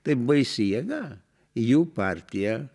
tai baisi jėga jų partija